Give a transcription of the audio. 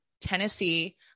Tennessee